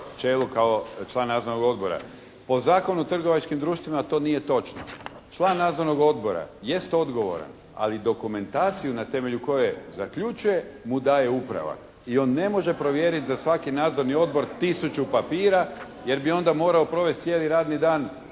čelu kao član nadzornog odbora. Po Zakonu o trgovačkim društvima to nije točno. Član nadzornog odbora jest odgovoran, ali dokumentaciju na temelju koje zaključuje mu daje uprava i on ne može provjeriti za svaki nadzorni odbor tisuću papira, jer bi onda morao provesti cijeli radni dan